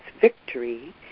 victory